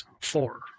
four